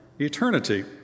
eternity